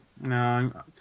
No